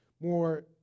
more